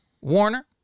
Warner